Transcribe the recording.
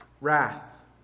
Wrath